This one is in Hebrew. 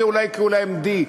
ואולי יקראו להם D,